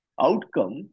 outcome